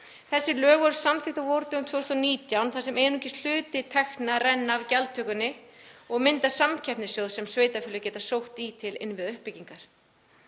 Þessi lög voru samþykkt á vordögum 2019 þar sem einungis hluti tekna renna af gjaldtökunni og mynda samkeppnissjóð sem sveitarfélögin geta sótt í til innviðauppbyggingar.